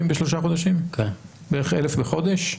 בערך 1,000 בחודש?